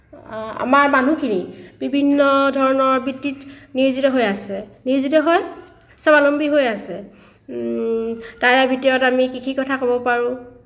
আমাৰ মানুহখিনিৰ বিভিন্ন ধৰণৰ বৃত্তিত নিয়োজিত হৈ আছে নিয়োজিত হৈ স্বাৱলম্বী হৈ আছে তাৰে ভিতৰত আমি কৃষিৰ কথা ক'ব পাৰোঁ